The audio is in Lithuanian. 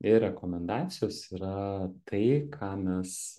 ir rekomendacijos yra tai ką mes